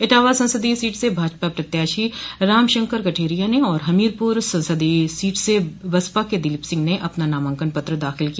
इटावा संसदीय सीट से भाजपा प्रत्याशी राम शंकर कठेरिया ने और हमीरपुर संसदीय सीट स बसपा के दिलीप सिंह ने अपना नामांकन पत्र दाखिल किया